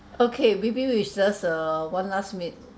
okay maybe we should just err one last minute